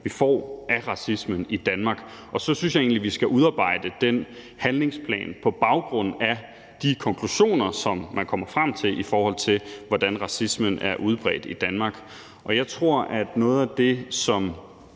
vi får af racisme i Danmark. Så synes jeg egentlig, vi skal udarbejde den handlingsplan på baggrund af de konklusioner, som man kommer frem til, i forhold til hvordan racismen er udbredt i Danmark. Jeg tror, at noget af det, som